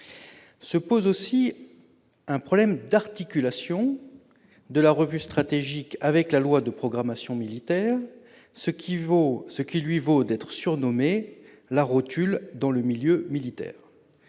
Se pose aussi un problème d'articulation de la revue stratégique avec la loi de programmation militaire, articulation qui lui a valu d'être surnommée « la rotule » dans le milieu militaire.